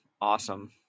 Awesome